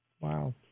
Wow